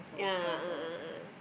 yeah a'ah a'ah